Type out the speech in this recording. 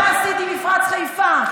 מה עשית עם מפרץ חיפה?